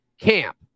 camp